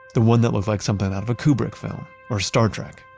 the one that looked like something out of a kubrick film or star trek